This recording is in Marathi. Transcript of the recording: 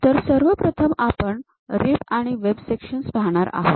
तर सर्वप्रथम आपण रिब आणि वेब सेक्शन्स पाहणार आहोत